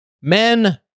Men